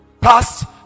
past